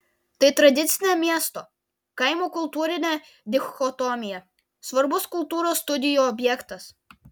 tai tradicinė miesto kaimo kultūrinė dichotomija svarbus kultūros studijų objektas